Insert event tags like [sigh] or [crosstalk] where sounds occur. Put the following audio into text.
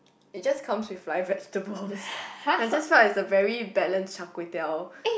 it just comes with like vegetables [laughs] I just thought it's a very balanced char-kway-teow